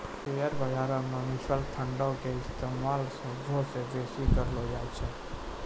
share बजारो मे mutual फंडो के इस्तेमाल सभ्भे से बेसी करलो जाय छै